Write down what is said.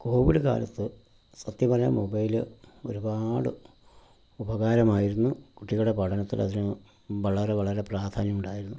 Covid കലത്ത് സത്യം പറഞ്ഞാൽ മൊബൈല് ഒരുപാട് ഉപകാരമായിരുന്നു കുട്ടികളുടെ പഠനത്തിലതിന് വളരെ വളരെ പ്രാധാന്യമുണ്ടായിരുന്നു